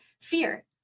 fear